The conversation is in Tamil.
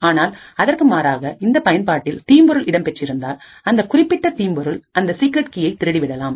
ஆனால் அதற்கு மாறாக இந்த பயன்பாட்டில் தீம்பொருள் இடம்பெற்றிருந்தால் அந்த குறிப்பிட்ட தீம்பொருள் அந்த சீக்ரெட் கீயை திருடி விடலாம்